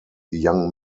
young